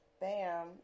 bam